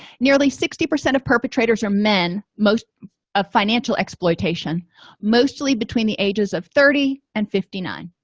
nearly sixty percent of perpetrators are men most of financial exploitation mostly between the ages of thirty and fifty nine